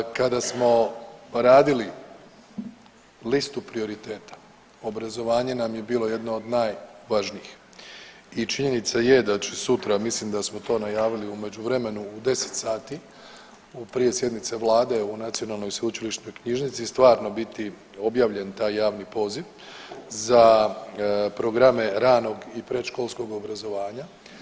Kada smo radili listu prioriteta obrazovanje nam je bilo jedno od najvažnijih i činjenica je da će sutra, mislim da smo to najavili u međuvremenu u 10 sati prije sjednice Vlade u Nacionalnoj i sveučilišnoj knjižnici stvarno biti objavljen taj javni poziv za programe ranog i predškolskog obrazovanja.